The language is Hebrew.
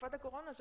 בתקופת הקורונה,